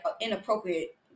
inappropriate